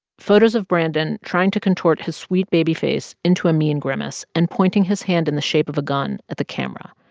photos of brandon trying to contort his sweet baby face into a mean grimace and pointing his hand in the shape of a gun at the camera.